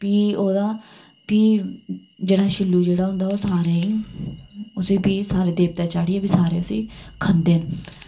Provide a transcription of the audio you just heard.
फ्ही ओह्दा फ्ही जेह्ड़ा शिल्लु जेह्ड़ा होंदा ओह् सारें ई उसी फ्ही सारे देवतै चाढ़ियै फ्ही सारे उसी खंदे न